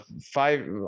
five